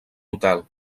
hotel